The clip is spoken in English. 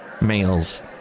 Males